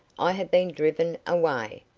i have been driven away,